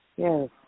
Yes